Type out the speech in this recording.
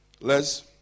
Les